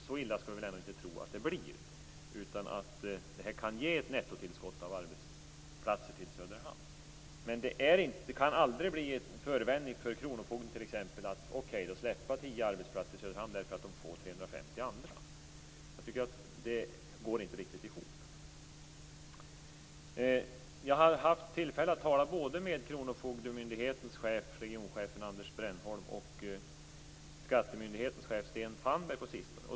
Så illa skall vi väl ändå inte tro att det blir - detta kan nog ge ett nettotillskott av arbetsplatser till Söderhamn. Men det får aldrig bli så att kronofogdemyndigheten skall släppa tio arbetsplatser i Söderhamn därför att de får 350 andra. Det går inte riktigt ihop. Jag har på sistone haft tillfälle att tala både med kronofogdemyndighetens regionchef Anders Brännholm och med skattemyndighetens chef Sten Fannberg.